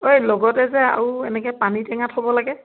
ঐ লগতে যে আৰু এনেকৈ পানী টেঙা থ'ব লাগে